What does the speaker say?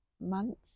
months